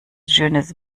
schönes